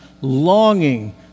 longing